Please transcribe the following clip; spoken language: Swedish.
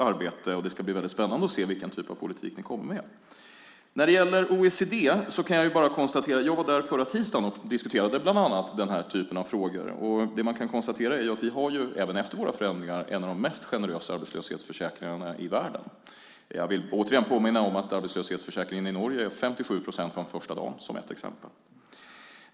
Det ska bli väldigt spännande att se vilken typ av politik ni kommer med. När det gäller OECD var jag där förra tisdagen och diskuterade bland annat den här typen av frågor. Det man kan konstatera är att vi, även efter våra förändringar, har en av världens mest generösa arbetslöshetsförsäkringar. Jag vill återigen påminna om att arbetslöshetsförsäkringen i Norge är 57 procent från första dagen. Det är ett exempel.